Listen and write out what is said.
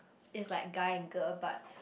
is like guy and girl but